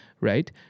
right